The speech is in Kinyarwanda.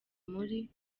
muri